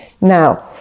Now